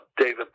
David